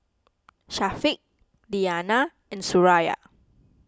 Syafiq Diyana and Suraya